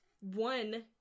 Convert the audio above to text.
one